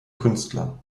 künstler